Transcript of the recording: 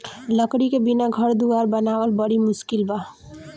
लकड़ी के बिना घर दुवार बनावल बड़ी मुस्किल बा